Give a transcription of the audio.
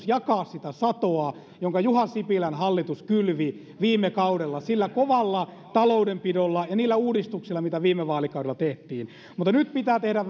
jakaa sitä satoa jonka juha sipilän hallitus kylvi viime kaudella sillä kovalla taloudenpidolla ja niillä uudistuksilla mitä viime vaalikaudella tehtiin mutta nyt pitää tehdä